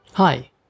Hi